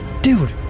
Dude